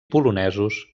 polonesos